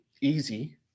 easy